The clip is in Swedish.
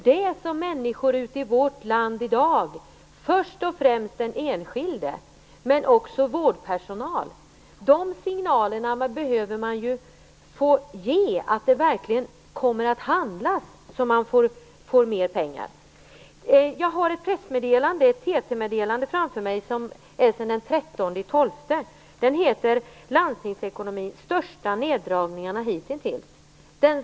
Framför allt den enskilde, men också vårdpersonalen, behöver få signalen att man handlar på ett sådant sätt att det blir mera pengar. Jag har ett TT-meddelande från den 13 december framför mig. Det gäller landstingsekonomin och de största neddragningarna hitintills.